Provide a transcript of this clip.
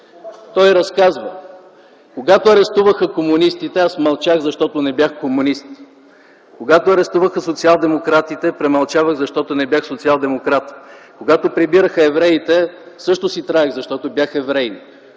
Той разказва: „Когато арестуваха комунистите, аз мълчах, защото не бях комунист. Когато арестуваха социалдемократите, премълчавах, защото не бях социалдемократ. Когато прибираха евреите, също си траех, защото бях евреин.